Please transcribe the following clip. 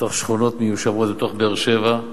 בשכונות מיושבות בתוך באר-שבע,